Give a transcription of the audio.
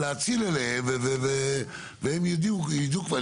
להאציל אליהם, והם ידעו כבר.